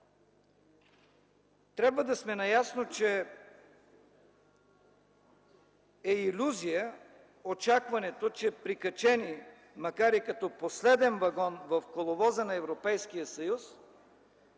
Трябва да сме наясно, че е илюзия очакването, че прикачени, макар и като последен вагон в коловоза на Европейския съюз,